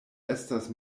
estas